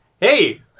hey